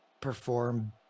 perform